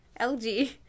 LG